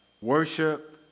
worship